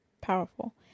powerful